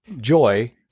Joy